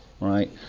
right